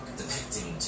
depicting